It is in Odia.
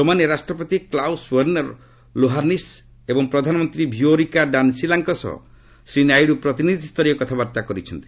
ରୋମାନିଆ ରାଷ୍ଟ୍ରପତି କ୍ଲାଉସ୍ ଓ୍ୱେର୍ଷର୍ ଲୋହାନ୍ଦିସ୍ ଏବଂ ପ୍ରଧାନମନ୍ତ୍ରୀ ଭିଓରିକା ଡାନ୍ସିଲାଙ୍କ ସହ ଶ୍ରୀ ନାଇଡୁ ପ୍ରତିନିଧିସ୍ତରୀୟ କଥାବାର୍ତ୍ତା କରିଛନ୍ତି